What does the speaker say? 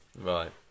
Right